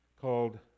called